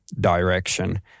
direction